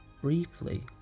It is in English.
briefly